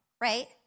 right